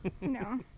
No